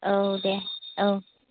औ दे औ